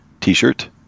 t-shirt